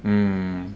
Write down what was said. mm